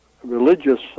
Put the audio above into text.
religious